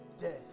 dead